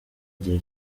igihe